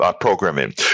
programming